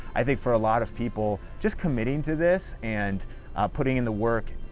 i think for a lot of people, just committing to this and putting in the work,